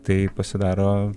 tai pasidaro